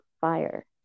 fire